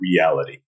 Reality